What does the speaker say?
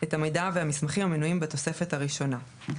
את המידע והמסמכים המנויים בתוספת הראשונה.